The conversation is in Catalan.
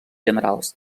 generals